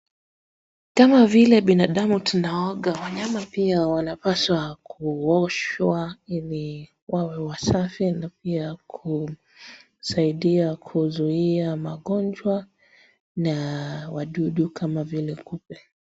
Kama vile binadamu tunaoga, wanyama pia wanapaswa kuoshwa ili wawe wasafi na pia kusaidia kuzuia magonjwa na wadudu kama vile kupe.